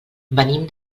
venim